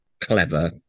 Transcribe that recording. clever